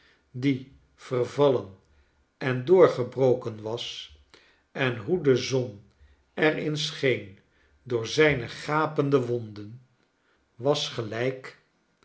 die vervallen en doorgebroken was en hoe de zon er in scheen door zijne gapende wonden was gelijk